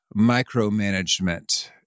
micromanagement